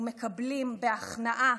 ומקבלים בהכנעה,